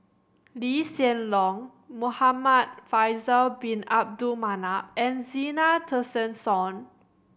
Lee Hsien Loong Muhamad Faisal Bin Abdul Manap and Zena Tessensohn